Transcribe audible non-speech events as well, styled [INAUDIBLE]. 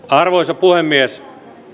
[UNINTELLIGIBLE] arvoisa puhemies